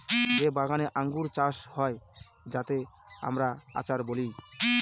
যে বাগানে আঙ্গুর চাষ হয় যাতে আমরা আচার বলি